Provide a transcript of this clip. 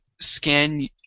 scan